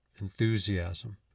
enthusiasm